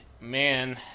man